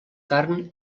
carn